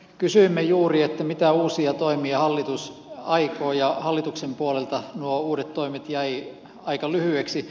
kysyimme juuri mitä uusia toimia hallitus aikoo ja hallituksen puolelta nuo uudet toimet jäivät aika lyhyiksi